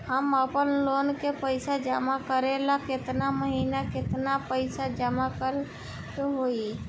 हम आपनलोन के पइसा जमा करेला केतना महीना केतना पइसा जमा करे के होई?